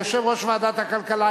יושב-ראש ועדת הכלכלה,